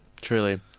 Truly